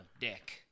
dick